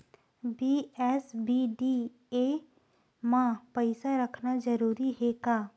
BSBDA मा पईसा रखना जरूरी हे का?